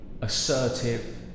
assertive